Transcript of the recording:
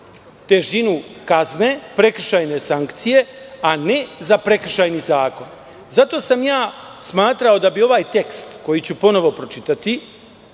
težinu kazne, prekršajne sankcije a ne za prekršajni zakon. Zato sam smatrao da bi ovaj tekst, koji ću ponovo pročitati,